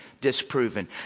disproven